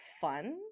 fun